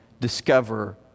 discover